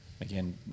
again